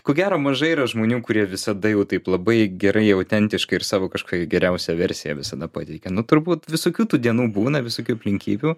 ko gero mažai yra žmonių kurie visada jau taip labai gerai autentiškai ir savo kažkokią geriausią versiją visada pateikia nu turbūt visokių tų dienų būna visokių aplinkybių